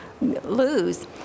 lose